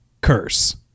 Curse